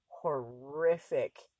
horrific